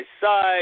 side